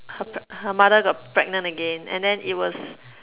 her pa~ her mother got pregnant again and then it was